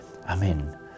Amen